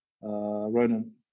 Ronan